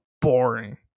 boring